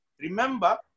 Remember